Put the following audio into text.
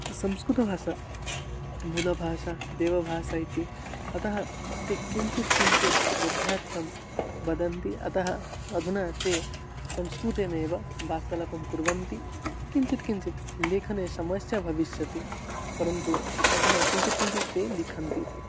संस्कृतभाषा मूलभाषा देवभाषा इति अतः ते किञ्चित् किञ्चित् बोधनार्थं वदन्ति अतः अधुना ते संस्कृतेनैव वार्तालापं कुर्वन्ति किञ्चित् किञ्चित् लेखने समस्या भविष्यति परन्तु अधुना किञ्चित् किञ्चित् ते लिखन्तीति